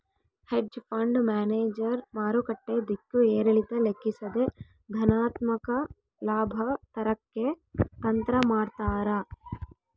hedge fund manager ಮಾರುಕಟ್ಟೆ ದಿಕ್ಕು ಏರಿಳಿತ ಲೆಕ್ಕಿಸದೆ ಧನಾತ್ಮಕ ಲಾಭ ತರಕ್ಕೆ ತಂತ್ರ ಮಾಡ್ತಾರ